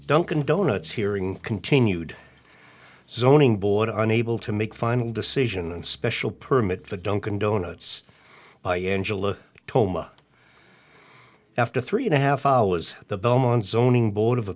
dunkin donuts hearing continued zoning board are unable to make final decision and special permit for dunkin donuts by angel toma after three and a half hours the belmont zoning board of